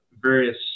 various